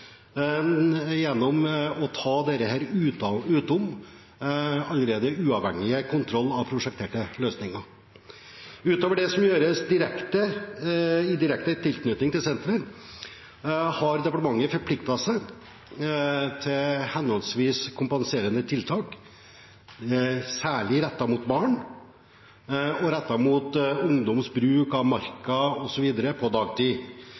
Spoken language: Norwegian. det som er påkrevd, gjennom å ta dette utenom den allerede uavhengige kontrollen av prosjekterte løsninger. Utover det som gjøres i direkte tilknytning til senteret, har departementet forpliktet seg til kompenserende tiltak, særlig rettet mot barn og ungdoms bruk av marka, osv., på dagtid.